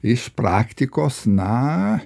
iš praktikos na